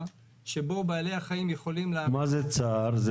שבו בעלי החיים יכולים לעבור -- מה זה צר?